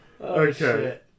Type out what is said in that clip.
Okay